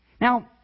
Now